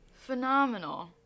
phenomenal